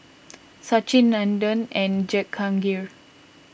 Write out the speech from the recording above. Sachin Nandan and Jehangirr